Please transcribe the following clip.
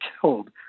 killed